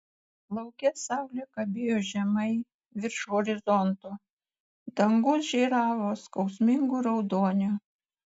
lauke saulė kabėjo žemai virš horizonto dangus žėravo skausmingu raudoniu